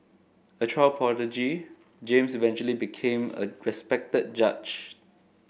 a child prodigy James eventually became a respected judge